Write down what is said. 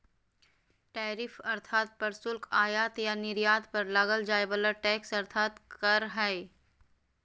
tariff अर्थात् प्रशुल्क आयात या निर्यात पर लगाल जाय वला टैक्स अर्थात् कर हइ